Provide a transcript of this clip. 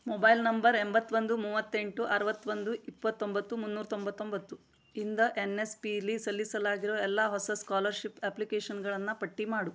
mobile number ಎಂಬತ್ತೊಂದು ಮೂವತ್ತೆಂಟು ಅರುವತ್ತೊಂದು ಇಪ್ಪತೊಂಬತ್ತು ಮುನ್ನೂರ ತೊಂಬತ್ತೊಂಬತ್ತು ಇಂದ ಎನ್ ಎಸ್ ಪೀಲಿ ಸಲ್ಲಿಸಲಾಗಿರೋ ಎಲ್ಲ ಹೊಸ ಸ್ಕಾಲರ್ಶಿಪ್ ಅಪ್ಲಿಕೇಷನ್ಗಳನ್ನು ಪಟ್ಟಿ ಮಾಡು